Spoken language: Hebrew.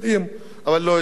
אבל לא יוצאים מהממשלה.